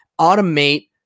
automate